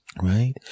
Right